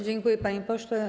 Dziękuję, panie pośle.